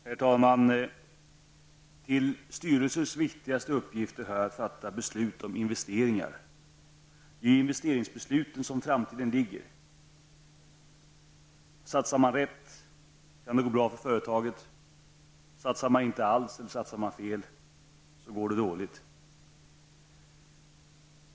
Herr talman! Till styrelsers viktigaste uppgifter hör att fatta beslut om investeringar. Det är i investeringsbesluten som framtiden ligger. Satsar man rätt kan det gå bra för företaget. Satsar man inte alls eller satsar man fel, går det dåligt.